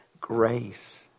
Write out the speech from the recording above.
grace